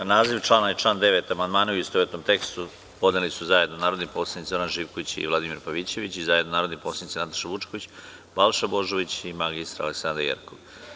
Na naziv člana i član 9. amandmane, u istovetnom tekstu, podneli su zajedno narodni poslanici Zoran Živković i Vladimir Pavićević i zajedno narodni poslanici Nataša Vučković, Balša Božović i mr Aleksandra Jerkov.